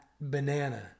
banana